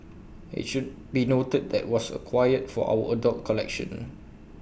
IT should be noted that was acquired for our adult collection